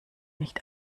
nicht